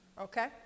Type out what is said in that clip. Okay